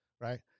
right